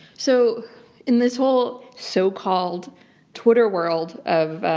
so in this whole so called twitter world of